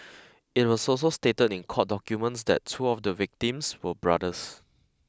it was also stated in court documents that two of the victims were brothers